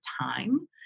time